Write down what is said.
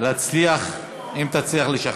אם תצליח לשכנע.